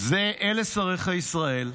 אלה שריך ישראל.